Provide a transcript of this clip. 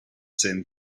same